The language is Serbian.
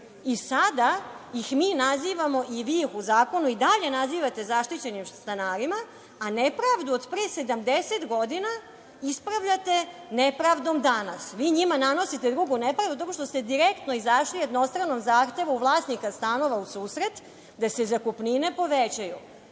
I sada ih mi nazivamo, i vi ih u zakonu i dalje nazivate zaštićenim stanarima, a nepravdu od pre 70 godina ispravljate nepravdom danas. Vi njima nanosite drugu nepravdu tako što ste direktno izašli jednostranom zahtevu vlasnika stanova u susret da se zakupnine povećaju.